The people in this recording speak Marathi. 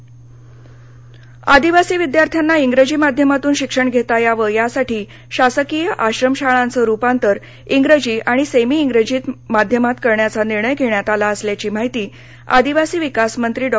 आश्रमशाळा यवतमाळ आदिवासी विद्यार्थ्यांना इंग्रजी माध्यमातून शिक्षण घेता यावं यासाठी शासकीय आश्रमशाळांचं रूपांतर इंग्रजी आणि सेमी इंग्रजी माध्यमात करण्याचा निर्णय घेण्यात आला असल्याची माहिती आदिवासी विकास मंत्री डॉ